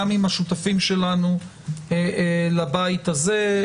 גם עם השותפים שלנו לבית הזה,